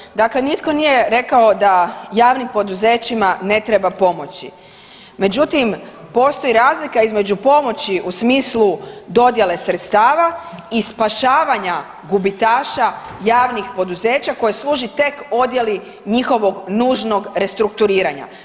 Čl. 238., dakle nitko nije rekao da javnim poduzećima ne treba pomoći međutim postoji razlika između pomoći u smislu dodjele sredstava i spašavanja gubitaša javnih poduzeća koje služi tek odjeli njihovog nužnog restrukturiranja.